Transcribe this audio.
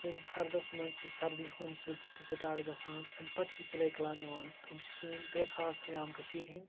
سٲنِس ہَردَس منٛز چھِ سردی ہُنٛد سِلسلہٕ تہِ سٹارٹ گَژھان تہٕ اَمہِ پَتہٕ چھِ چِلاے کَلان یِوان تہٕ یِم چھِ سٲنۍ ترٛےٚ خاص ایام کٔشیٖر ہِنٛدۍ